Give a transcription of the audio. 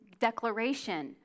declaration